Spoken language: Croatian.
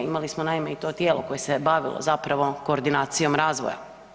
Imali smo naime i to tijelo koje se je bavilo zapravo koordinacijom razvoja.